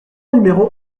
numéro